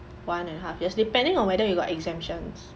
one and a half years depending on whether you got exemptions